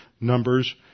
Numbers